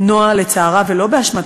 לטיול של יומיים.